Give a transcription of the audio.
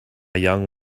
young